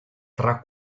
tra